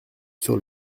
sur